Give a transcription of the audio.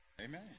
Amen